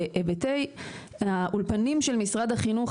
בהיבטי האולפנים של משרד החינוך,